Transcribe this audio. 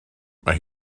mae